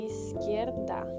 Izquierda